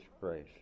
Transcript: grace